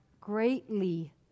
greatly